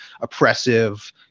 oppressive